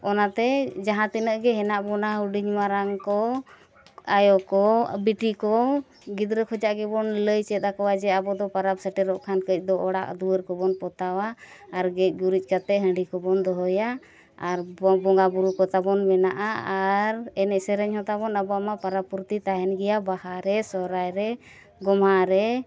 ᱚᱱᱟᱛᱮ ᱡᱟᱦᱟᱸ ᱛᱤᱱᱟᱹᱜ ᱜᱮ ᱦᱮᱱᱟᱜ ᱵᱚᱱᱟ ᱦᱩᱰᱤᱧ ᱢᱟᱨᱟᱝ ᱠᱚ ᱟᱭᱳ ᱠᱚ ᱵᱤᱴᱤ ᱠᱚ ᱜᱤᱫᱽᱨᱟᱹ ᱠᱷᱚᱱᱟᱜ ᱜᱮᱵᱚᱱ ᱞᱟᱹᱭ ᱪᱮᱫ ᱟᱠᱚᱣᱟ ᱟᱵᱚ ᱫᱚ ᱯᱚᱨᱚᱵᱽ ᱥᱮᱴᱮᱨᱚᱜ ᱠᱷᱱ ᱫᱚ ᱠᱟᱹᱡ ᱫᱚ ᱚᱲᱟᱜ ᱫᱩᱣᱟᱹᱨ ᱠᱚᱵᱚᱱ ᱯᱚᱛᱟᱣᱟ ᱟᱨ ᱜᱮᱡ ᱜᱩᱨᱤᱡ ᱠᱟᱛᱮᱫ ᱦᱟᱺᱰᱤ ᱠᱚᱵᱚᱱ ᱫᱚᱦᱚᱭᱟ ᱟᱨ ᱵᱚᱸᱜᱟᱼᱵᱩᱨᱩ ᱠᱚ ᱛᱟᱵᱚᱱ ᱢᱮᱱᱟᱜᱼᱟ ᱟᱨ ᱮᱱᱮᱡ ᱥᱮᱨᱮᱧ ᱦᱚᱸ ᱛᱟᱵᱚᱱ ᱟᱵᱚᱣᱟᱜ ᱢᱟ ᱯᱚᱨᱚᱵᱽ ᱯᱩᱨᱛᱤ ᱛᱟᱦᱮᱱ ᱜᱮᱭᱟ ᱵᱟᱦᱟ ᱨᱮ ᱥᱚᱦᱚᱨᱟᱭ ᱨᱮ ᱜᱳᱢᱦᱟ ᱨᱮ